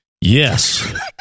Yes